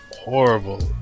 horrible